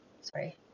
Sorry